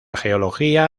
geología